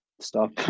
stop